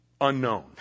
unknown